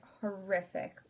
horrific